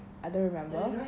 I don't remember